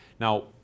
Now